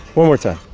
one more time